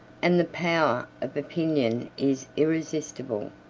and the power of opinion is irresistible.